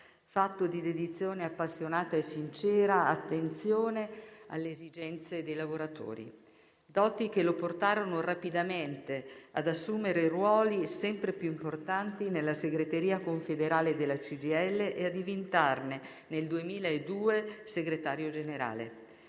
fatto di dedizione appassionata e sincera attenzione alle esigenze dei lavoratori. Doti che lo portarono rapidamente ad assumere ruoli sempre più importanti nella segreteria confederale della CGIL e a diventarne, nel 2002, segretario generale.